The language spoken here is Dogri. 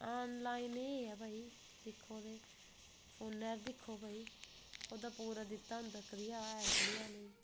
ऑनलाइन एह् ऐ भाई दिक्खो ते फौनै उप्पर दिक्खो भाई ओह्दा पूरा दित्ते दा होंदा कनेहा ऐ कनेहा निं